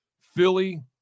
Philly